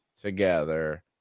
together